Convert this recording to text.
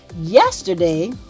Yesterday